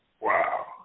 wow